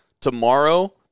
tomorrow